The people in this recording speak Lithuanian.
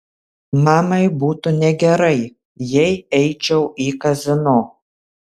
mamai būtų negerai jei eičiau į kazino